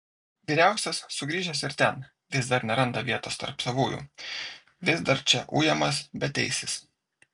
vyriausias sugrįžęs ir ten vis dar neranda vietos tarp savųjų vis dar čia ujamas beteisis